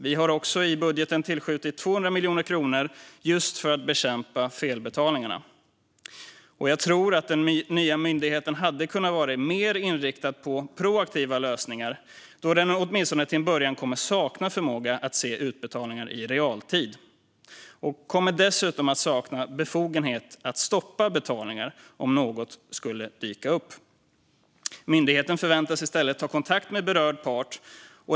Vi har också i budgeten tillskjutit 200 miljoner kronor för att just bekämpa felbetalningarna. Jag tror att den nya myndigheten hade kunnat vara mer inriktad på proaktiva lösningar, då den åtminstone till en början kommer att sakna förmåga att se utbetalningar i realtid. Myndigheten kommer dessutom att sakna befogenhet att stoppa betalningar om något skulle dyka upp. Myndigheten förväntas i stället ta kontakt med berörd part.